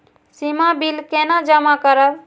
सीमा bill केना जमा करब?